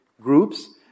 groups